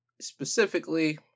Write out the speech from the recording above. specifically